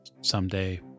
someday